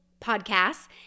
Podcasts